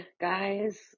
guys